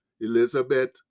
Elizabeth